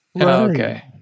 Okay